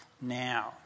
now